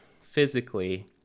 physically